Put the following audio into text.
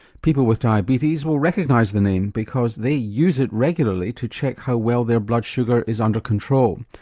people with diabetes will recognise the name because they use it regularly to check how well their blood sugar is under control.